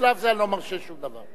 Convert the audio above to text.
בשלב זה אני לא מרשה שום דבר.